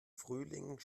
frühling